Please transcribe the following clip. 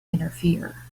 interfere